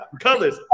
colors